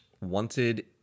wanted